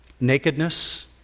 nakedness